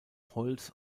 holz